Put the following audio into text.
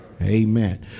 Amen